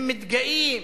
הם מתגאים